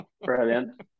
Brilliant